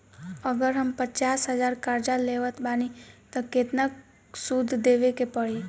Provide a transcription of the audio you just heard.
अगर हम पचास हज़ार कर्जा लेवत बानी त केतना सूद देवे के पड़ी?